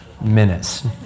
minutes